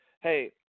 hey